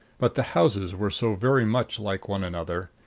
but the houses were so very much like one another.